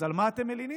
אז על מה אתם מלינים?